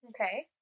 Okay